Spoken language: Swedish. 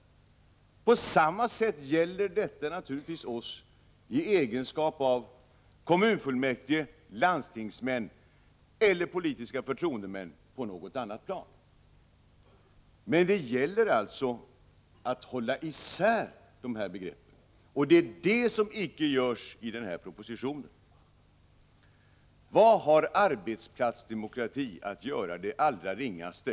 På samma sätt gäller detta naturligtvis oss i egenskap av kommunfullmäktige, landstings män eller politiska förtroendemän på något annat plan. Prot. 1985/86:26 Det gäller alltså att hålla isär de här begreppen, och det är detta som icke 13 november 1985 görs i propositionen. Vad har arbetsplatsdemokrati att göra det allra ringaste.